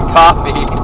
coffee